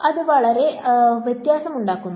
അത് വലിയ വ്യത്യാസമുണ്ടാക്കുന്നു